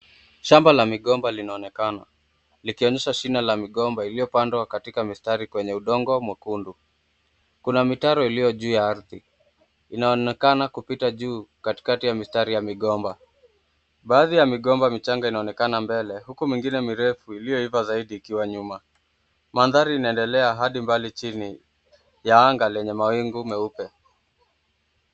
Shamba la migomba linaonekana likionyesha shina la migomba iliyopandwa kwenye mistari kwenye udongo mwekundu. Kuna mitaro iliyo juu ya ardhi .Inaonekana kupita juu katikati ya mistari ya migomba. Baadhi ya migomba michanga inaonekana mbele huku mingine mirefu iliyoiva zaidi ikiwa nyuma. Mandhari inaendelea hadi pale chini ya anga yenye mawingu meupe.